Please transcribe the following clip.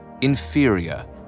inferior